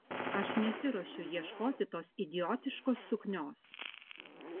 aš nesiruošiu ieškoti tos idiotiškos suknios